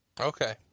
Okay